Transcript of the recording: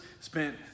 spent